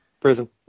Prison